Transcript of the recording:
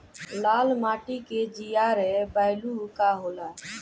लाल माटी के जीआर बैलू का होला?